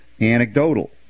Anecdotal